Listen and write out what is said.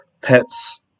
pets